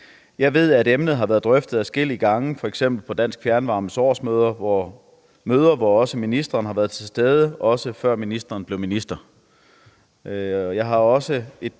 Jeg ved, at emnet har været drøftet adskillige gange, f.eks. på Dansk Fjernvarmes årsmøder, hvor også ministeren har været til stede, også før ministeren blev minister. Jeg har også et